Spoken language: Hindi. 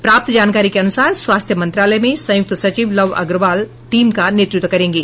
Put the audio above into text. प्राप्त जानकारी के अनुसार स्वास्थ्य मंत्रालय में संयुक्त सचिव लव अग्रवाल टीम का नेतृत्व करेंगे